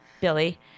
Billy